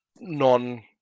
non